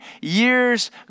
years